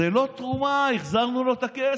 זו לא תרומה, החזרנו לו את הכסף.